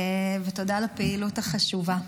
ותודה על הפעילות החשובה.